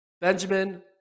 Benjamin